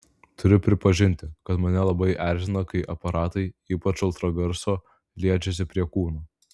turiu pripažinti kad mane labai erzina kai aparatai ypač ultragarso liečiasi prie kūno